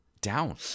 down